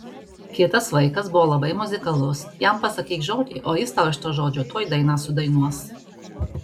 kitas vaikas buvo labai muzikalus jam pasakyk žodį o jis tau iš to žodžio tuoj dainą sudainuos